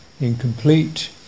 incomplete